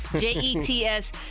J-E-T-S